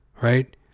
right